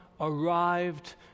arrived